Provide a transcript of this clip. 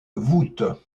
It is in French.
voûte